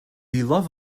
love